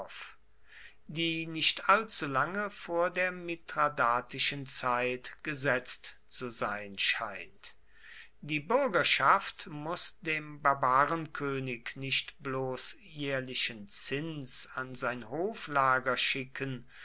die nicht allzulange vor der mithradatischen zeit gesetzt zu sein scheint die bürgerschaft muß dem barbarenkönig nicht bloß jährlichen zins an sein hoflager schicken